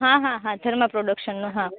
હા હા હા ધર્મા પ્રોડક્શનનો હા